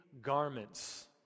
garments